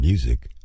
Music